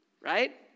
Right